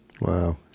Wow